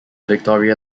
victoria